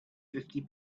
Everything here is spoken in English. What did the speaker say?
fifty